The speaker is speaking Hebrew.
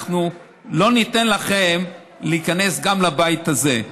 אנחנו לא ניתן לכם להיכנס גם לבית הזה.